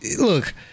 Look